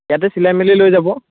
ইয়াতে চিলাই মেলি লৈ যাব